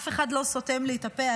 אף אחד לא סותם לי את הפה,